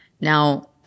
Now